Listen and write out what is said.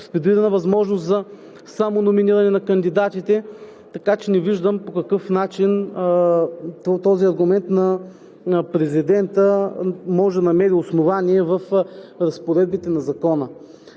с предвидена възможност за самономиниране на кандидатите. Така че не виждам по какъв начин този аргумент на президента може да намери основание в разпоредбите на Закона.